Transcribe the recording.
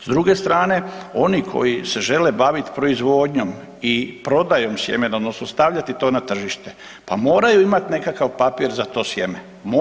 S druge strane oni koji se žele baviti proizvodnjom i prodajom sjemena odnosno stavljati to na tržište, pa moraju imati nekakav papir za to sjeme.